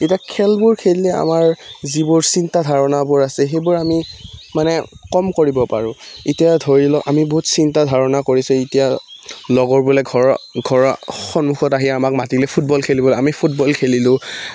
এতিয়া খেলবোৰ খেলিলে আমাৰ যিবোৰ চিন্তা ধাৰণাবোৰ আছে সেইবোৰ আমি মানে কম কৰিব পাৰোঁ এতিয়া ধৰি লওক আমি বহুত চিন্তা ধাৰণা কৰিছোঁ এতিয়া লগৰ বোলে ঘৰ ঘৰ সন্মুখত আহি আমাক মাতিলে ফুটবল খেলিবলৈ আমি ফুটবল খেলিলোঁ